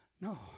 No